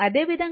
ను చూద్దాము